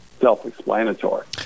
self-explanatory